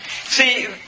See